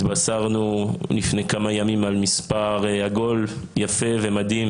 התבשרנו לפני כמה ימים על מספר עגול יפה ומדהים